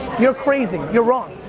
you're crazy. you're wrong